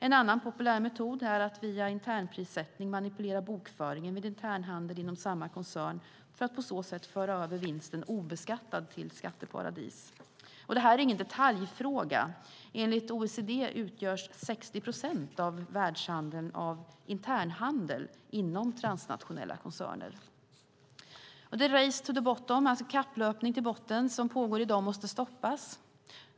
En annan populär metod är att via internprissättning manipulera bokföringen vid internhandel inom samma koncern för att på så sätt föra över vinsten obeskattad till skatteparadis. Det här är ingen detaljfråga. Enligt OECD utgörs 60 procent av världshandeln av internhandel inom transnationella koncerner. Det är race to the bottom, alltså kapplöpning till botten, som pågår i dag och måste stoppas.